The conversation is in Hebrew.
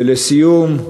ולסיום,